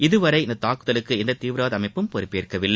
இதுவரை இந்த தாக்குதலுக்கு எந்த தீவிரவாத அமைப்பும் பொறுப்பேற்கவில்லை